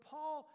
Paul